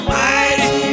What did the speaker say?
mighty